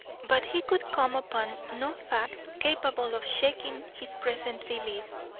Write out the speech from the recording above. but he could come upon no fact capable of shaking his present belief.